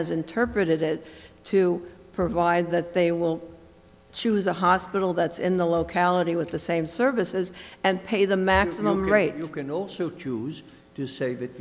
as interpreted it to provide that they won't choose a hospital that's in the locality with the same services and pay the maximum rate you can also choose to save i